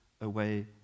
away